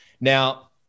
now